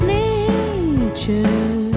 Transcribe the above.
nature